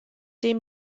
dem